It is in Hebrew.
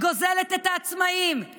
גוזלת את העצמאים, כן?